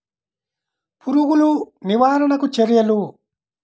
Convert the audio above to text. పురుగులు నివారణకు చర్యలు?